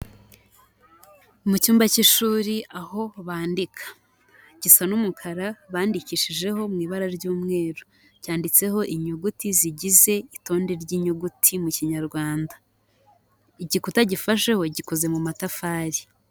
Mu cyumba cy'ishuri aho bandika. Gisa n'umukara, bandikishijeho mu ibara ry'umweru. Cyanditseho inyuguti zigize itonde ry'inyuguti mu kinyarwanda. Igikuta gifasheho gikoze mu matafari.